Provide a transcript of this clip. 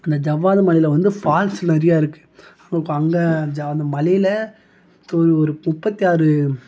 அந்த ஜவ்வாது மலையில் வந்து ஃபால்ஸ் நிறய இருக்கு அங்கே அந்த மலையில் தோ ஒரு முப்பத்தாறு